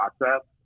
process